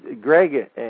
Greg